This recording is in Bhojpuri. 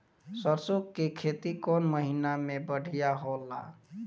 सरसों के खेती कौन महीना में बढ़िया होला?